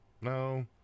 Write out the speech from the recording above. No